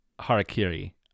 Harakiri